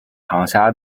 长沙